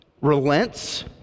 relents